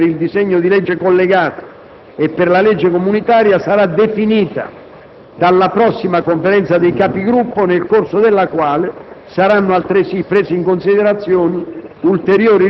La ripartizione dei tempi, prevista dal Regolamento per il disegno di legge collegato e per la legge comunitaria, sarà definita dalla prossima Conferenza dei Capigruppo, nel corso della quale